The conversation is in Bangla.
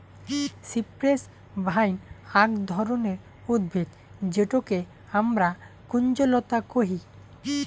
সিপ্রেস ভাইন আক ধরণের উদ্ভিদ যেটোকে হামরা কুঞ্জলতা কোহি